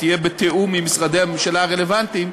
תהיה בתיאום עם משרדי הממשלה הרלוונטיים,